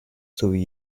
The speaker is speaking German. sowie